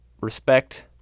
respect